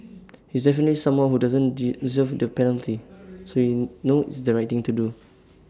he is definitely someone who doesn't deserve the penalty so you know it's the right thing to do